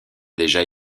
déjà